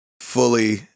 fully